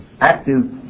active